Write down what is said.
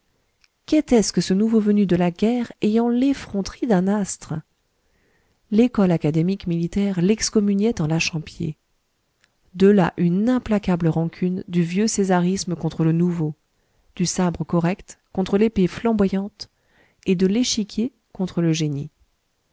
qu'était-ce que ce nouveau venu de la guerre ayant l'effronterie d'un astre l'école académique militaire l'excommuniait en lâchant pied de là une implacable rancune du vieux césarisme contre le nouveau du sabre correct contre l'épée flamboyante et de l'échiquier contre le génie